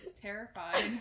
terrified